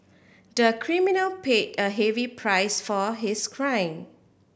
the criminal paid a heavy price for his crime